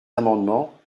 amendements